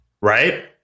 right